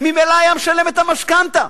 ממילא היה משלם את המשכנתה.